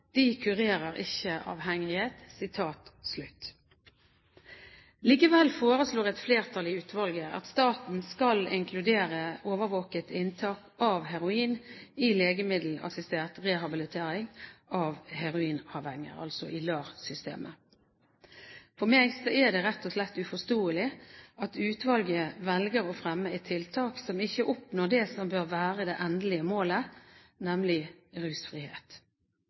De kurerer ikke avhengighet.» Likevel foreslår et flertall i utvalget at staten skal inkludere overvåket inntak av heroin i legemiddelassistert rehabilitering av heroinavhengige, altså i LAR-systemet. For meg er det rett og slett uforståelig at utvalget velger å fremme et tiltak som ikke oppnår det som bør være det endelige målet, nemlig rusfrihet.